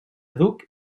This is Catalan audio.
duc